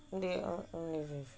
um